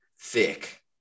thick